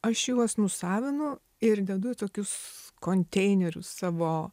aš juos nusavinu ir dedu į tokius konteinerius savo